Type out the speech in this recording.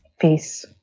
Peace